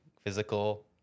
physical